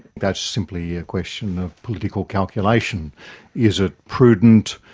that's simply a question of political calculation is it prudent,